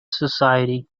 society